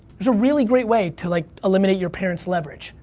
there's a really great way, to like, eliminate your parents' leverage.